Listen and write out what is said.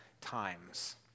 times